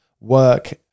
work